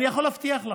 אני יכול להבטיח לכם,